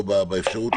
לא באפשרות.